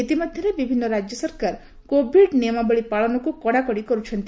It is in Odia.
ଇତିମଧ୍ୟରେ ବିଭିନ୍ନ ରାଜ୍ୟ ସରକାର କୋଭିଡ୍ ନିୟମାବଳୀ ପାଳନକୁ କଡ଼ାକଡ଼ି କରୁଛନ୍ତି